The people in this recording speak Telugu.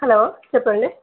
హలో చెప్పండి